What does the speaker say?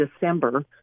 December